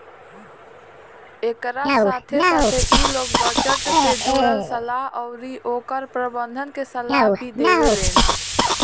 एकरा साथे साथे इ लोग बजट से जुड़ल सलाह अउरी ओकर प्रबंधन के सलाह भी देवेलेन